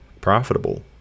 profitable